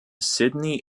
sydney